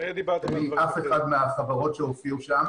מאף אחת מהחברות שהופיעו שם.